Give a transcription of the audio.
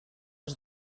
els